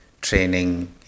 training